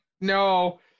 No